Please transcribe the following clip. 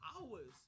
hours